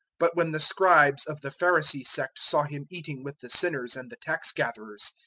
but when the scribes of the pharisee sect saw him eating with the sinners and the tax-gatherers,